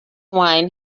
wine